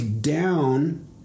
down